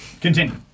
Continue